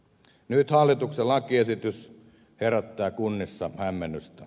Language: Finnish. nyt hallituksen lakiesitys herättää kunnissa hämmennystä